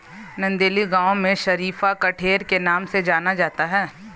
नंदेली गांव में शरीफा कठेर के नाम से जाना जाता है